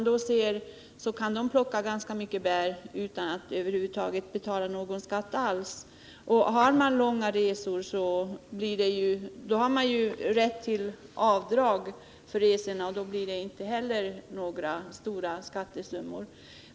De kan plocka ganska mycket bär utan att över huvud taget betala någon skatt. Och har man långa resor har man rätt till avdrag för resorna, och då blir det inte heller några stora skattesummor.